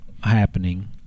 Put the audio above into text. happening